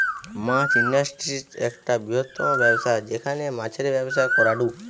মাছ industry একটা বৃহত্তম ব্যবসা যেখানে মাছের ব্যবসা করাঢু